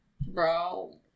Bro